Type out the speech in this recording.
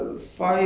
ya lah